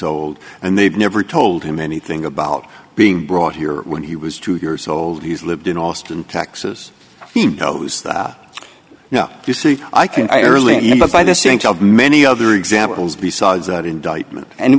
old and they've never told him anything about being brought here when he was two years old he's lived in austin texas he knows that no you see i can i really am but by this think of many other examples besides that indictment and